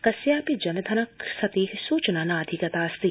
कस्यापि जनधनक्षते सूचना नाधिगतास्ति